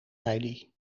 heidi